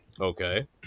Okay